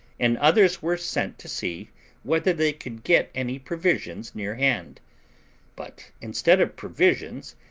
and others were sent to see whether they could get any provisions near hand but instead of provisions,